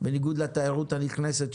בניגוד לתיירות הנכנסת,